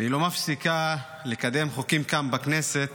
והיא לא מפסיקה לקדם חוקים כאן בכנסת,